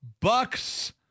Bucks